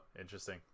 interesting